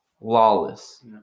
Lawless